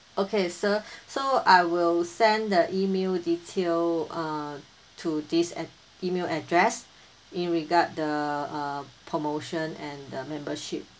okay sir so I will send the email detail uh to this a~ email address in regard the uh promotion and the membership